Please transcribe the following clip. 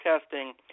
testing